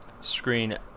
screen